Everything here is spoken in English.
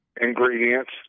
ingredients